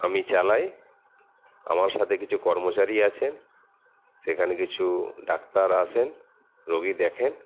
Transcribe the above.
আমি চালাই আমার সাথে কিছু কর্মচারী আছেন সেখানে কিছু ডাক্তার আসেন রোগী দেখেন